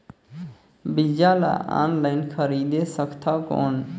बीजा ला ऑनलाइन खरीदे सकथव कौन?